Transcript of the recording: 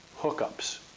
hookups